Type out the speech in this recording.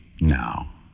Now